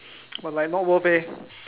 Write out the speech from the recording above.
but like not worth eh